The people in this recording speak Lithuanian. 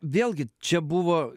vėlgi čia buvo